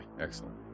excellent